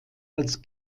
als